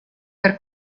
per